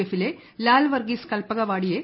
എഫിലെ ലാൽ വർഗീസ് കൽപ്പകവാടിയെ